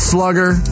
Slugger